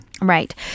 Right